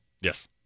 Yes